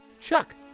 Chuck